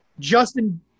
Justin